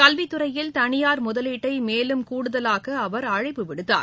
கல்வித்துறையில் தனியார் முதலீட்டை மேலும் கூடுதலாக்க அவர் அழைப்பு விடுத்தார்